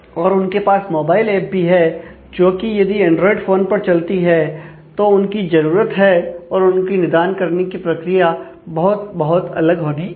और उनके पास मोबाइल ऐप भी है जोकि यदि एंड्रॉयड फोन पर चलती है तो उनकी जरूरत है और उनकी निदान करने की प्रक्रिया बहुत बहुत अलग होनी चाहिए